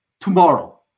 tomorrow